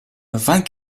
vingt